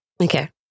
Okay